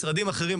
משרדים אחרים,